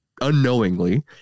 unknowingly